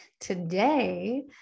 Today